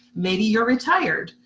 maybe you're retired.